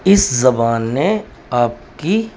اس زبان نے آپ کی